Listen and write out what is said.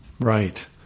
Right